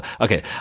okay